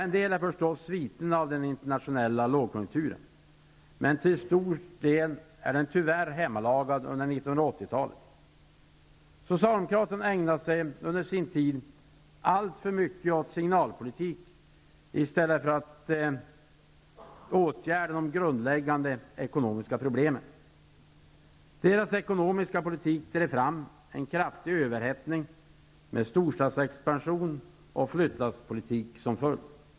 En del är förstås sviterna av den internationella lågkonjunkturen, men till stor del är problemen tyvärr hemmalagade under 1980-talet. Socialdemokraterna ägnade sig alltför mycket åt signalpolitik i stället för att åtgärda de grundläggande ekonomiska problemen. Deras ekonomiska politik drev fram en kraftig överhettning med storstadsexpansion och flyttlasspolitik som följd.